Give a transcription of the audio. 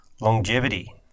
longevity